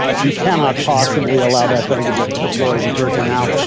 ah you cannot possibly allow that thing to be deployed in turkey now.